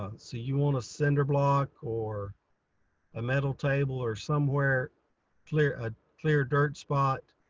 ah so you want a cinder block or a metal table or somewhere clear, a clear dirt spot,